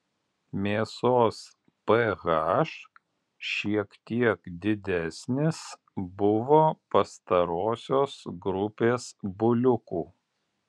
mėsos ph šiek tiek didesnis buvo pastarosios grupės buliukų